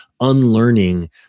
unlearning